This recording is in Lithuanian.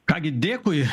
ką gi dėkui